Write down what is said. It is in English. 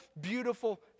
beautiful